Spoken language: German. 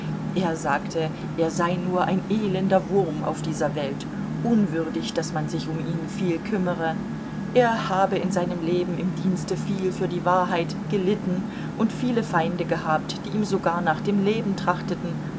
er sagte er sei nur ein elender wurm auf dieser welt unwürdig daß man sich um ihn viel kümmere er habe in seinem leben im dienste viel für die wahrheit gelitten und viele feinde gehabt die ihm sogar nach dem leben trachteten